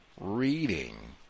reading